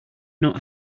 not